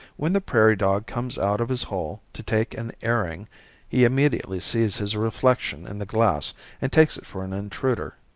when the prairie dog comes out of his hole to take an airing he immediately sees his reflection in the glass and takes it for an intruder.